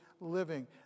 living